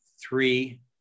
three